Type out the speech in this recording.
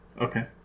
Okay